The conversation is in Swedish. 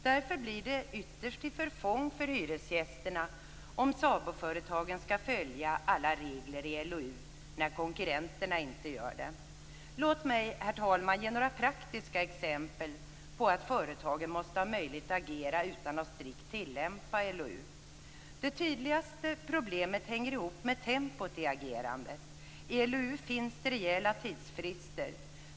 Det blir därför ytterst till förfång för hyresgästerna om SABO företagen skall följa alla regler i LOU när konkurrenterna inte gör det. Låt mig, herr talman, ge några praktiska exempel på att företagen måste ha möjlighet att agera utan att strikt tillämpa LOU. Det tydligaste problemet hänger ihop med tempot i agerandet. I LOU finns rejäla tidsfrister.